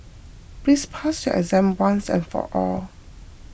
please pass your exam once and for all